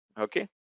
Okay